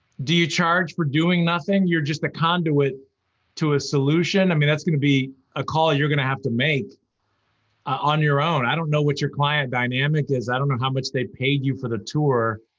do you charge for doing nothing? you're just a conduit to a solution, i mean, that's going to be a call you're going to have to make on your own, i don't know what your client dynamic is, i don't know how much they pay you for the tour.